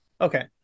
Okay